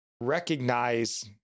recognize